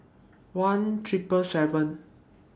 one Triple seven